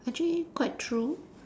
actually quite true